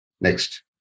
Next